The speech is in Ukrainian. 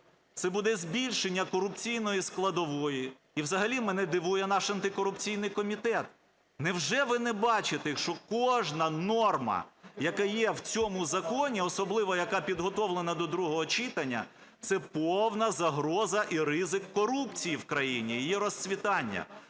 це буде збільшення корупційної складової, і взагалі мене дивує наш антикорупційний комітет. Невже ви не бачите, що кожна норма, яка є в цьому законі, особливо яка підготовлена до другого читання, це повна загроза і ризик корупції в країні, її розцвітання?